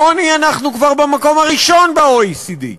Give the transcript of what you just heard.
בעוני אנחנו כבר במקום הראשון ב-OECD.